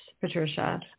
Patricia